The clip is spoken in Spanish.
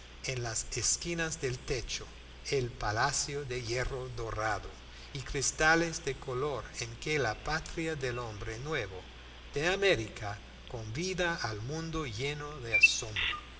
en las esquinas del techo el palacio de hierro dorado y cristales de color en que la patria del hombre nuevo de américa convida al mundo lleno de asombro